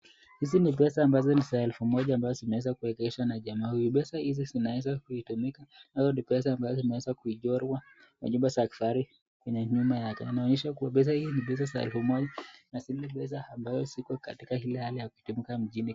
Hizi ni pesa za elfu moja ambazo zimeweza kuekeshwa na jamaa huyu, pesa hizi zinaweza kutumika au ni pesa ambayo zimeweza kuchorwa manyumba za kifahari kwenye nyuma yake, inaonyesha kuwa pesa hii ni pesa za elfu moja na zile pesa ambayo zimewekwa katika ile hali ya kutamka mjini.